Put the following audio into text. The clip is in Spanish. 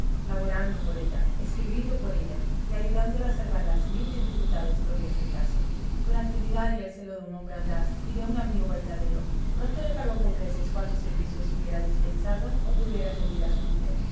laborando por ella escribiendo por ella y ayudándola a salvar las mil dificultades propias del caso con la actividad y el celo de un hombre audaz y de un amigo verdadero pronto le pagó con creces cuantos servicios hubiera dispensado o pudiera rendir a su mujer